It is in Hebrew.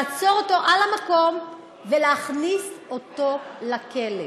לעצור אותו על המקום ולהכניס אותו לכלא.